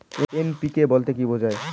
NPK বলতে কী বোঝায়?